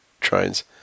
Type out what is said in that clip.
trains